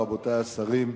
רבותי השרים.